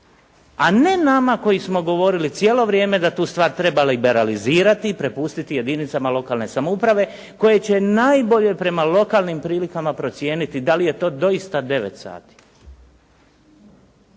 a ne nama koji smo govorili cijelo vrijeme da tu stvar treba liberalizirati i prepustiti je jedinicama lokalne samouprave koje će najbolje prema lokalnim prilikama procijeniti da li je to doista devet sati.